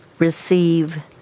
receive